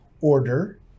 order